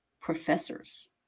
professors